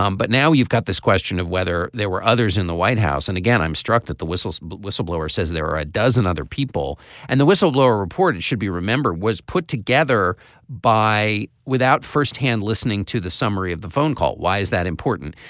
um but now you've got this question of whether there were others in the white house and again i'm struck that the whistles whistleblower says there were a dozen other people and the whistleblower report it should be remembered was put together by without firsthand listening to the summary of the phone call. why is that important.